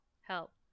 help